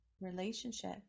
relationship